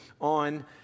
on